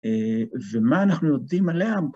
ומה אנחנו יודעים עליה?